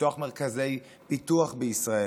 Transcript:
לפתוח מרכזי פיתוח בישראל,